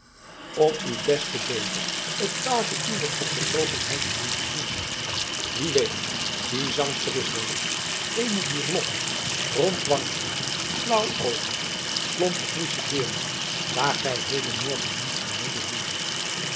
om u des te beter het dwaze uwer opgetogenheid te doen gevoelen wie weet die zangster is wellicht eene dier logge rondwangige flauwoogige plompe friesche deernen waar gij hedenmorgen niets van wildet hooren